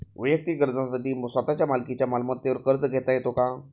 वैयक्तिक गरजांसाठी स्वतःच्या मालकीच्या मालमत्तेवर कर्ज घेता येतो का?